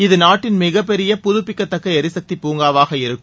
இது நாட்டின் மிகப் பெரிய புதுப்பிக்கத்தக்க எரிசக்தி பூங்காவாக இருக்கும்